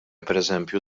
pereżempju